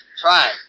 Try